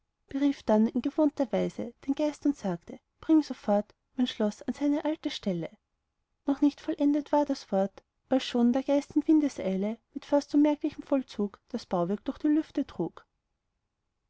berief dann in gewohnter weise den geist und sagte bring sofort mein schloß an seine alte stelle noch nicht vollendet war das wort als schon der geist in windesschnelle mit fast unmerklichem vollzug das bauwerk durch die lüfte trug